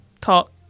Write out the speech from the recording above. talk